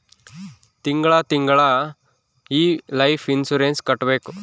ತಿಂಗಳ ತಿಂಗಳಾ ಈ ಲೈಫ್ ಇನ್ಸೂರೆನ್ಸ್ ಕಟ್ಬೇಕು